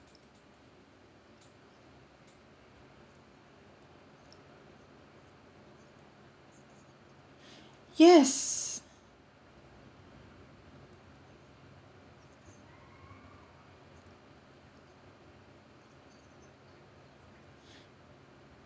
yes